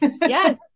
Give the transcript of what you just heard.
Yes